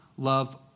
Love